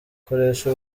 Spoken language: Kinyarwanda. koresha